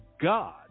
God